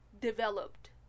developed